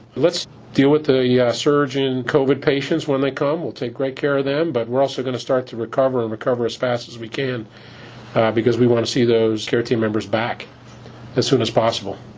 let's deal with the yeah surge in covid patients when they come. we'll take great care of them. but we're also going to start to recover and recover as fast as we can because we want to see those care team members back as soon as possible